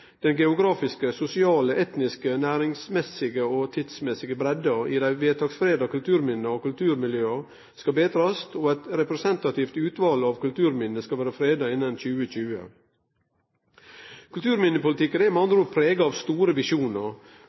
Den geografiske, sosiale, etniske, næringsmessige og tidsmessige breidda i dei vedtaksfreda kulturminna og kulturmiljøa skal betrast, og eit representativt utval av kulturminne skal vere freda innan 2020.» Kulturminnepolitikken er med andre ord preget av store